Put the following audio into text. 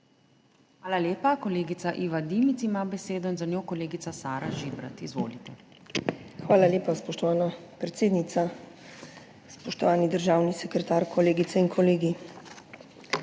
Hvala lepa. Kolegica Iva Dimic ima besedo, za njo kolegica Sara Žibrat. Izvolite. **IVA DIMIC (PS NSi):** Hvala lepa, spoštovana predsednica. Spoštovani državni sekretar, kolegice in kolegi!